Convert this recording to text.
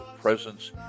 presence